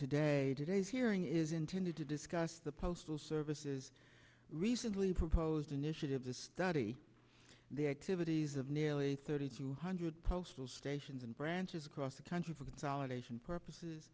today today's hearing is intended to discuss the postal service's recently proposed initiative to study the activities of nearly thirty two hundred postal state sions and branches across the country for consolidation purposes